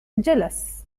jealous